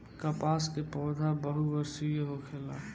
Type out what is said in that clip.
कपास के पौधा बहुवर्षीय होखेला